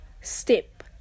step